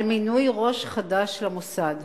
על מינוי ראש חדש למוסד.